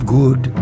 good